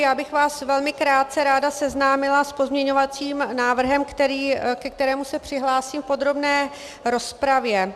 Já bych vás velmi krátce ráda seznámila s pozměňovacím návrhem, ke kterému se přihlásím v podrobné rozpravě.